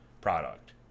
product